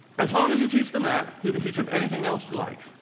as long as you teach them that, you can teach them anything else you like.